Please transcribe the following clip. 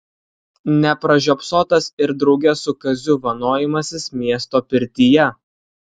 nepražiopsotas ir drauge su kaziu vanojimasis miesto pirtyje